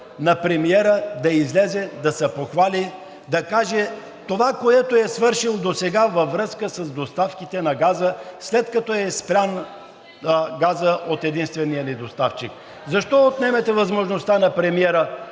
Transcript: на премиера да излезе да се похвали, да каже това, което е свършил досега във връзка с доставките на газа, след като е спрял газа от единствения ни доставчик. Защо отнемате възможността на премиера